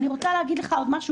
אני רוצה להגיד לך עוד משהו,